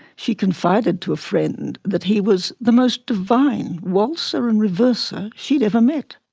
she confided to a friend that he was the most divine waltzer and reverser she had ever met.